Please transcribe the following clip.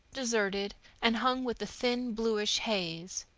deserted, and hung with a thin bluish haze.